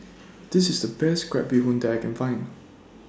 This IS The Best Crab Bee Hoon that I Can Find